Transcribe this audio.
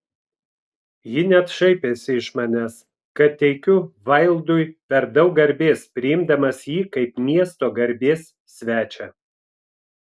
ji net šaipėsi iš manęs kad teikiu vaildui per daug garbės priimdamas jį kaip miesto garbės svečią